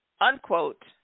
unquote